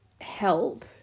help